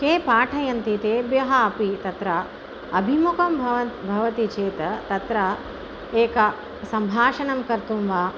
के पाठयन्ति तेभ्यः अपि तत्र अभिमुखं भवन् भवति चेत् तत्र एकं सम्भाषणं कर्तुं वा